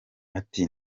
ati